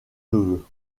neveux